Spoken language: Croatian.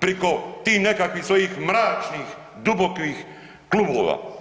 priko tih nekakvih svojih mračnih dubokih klubova.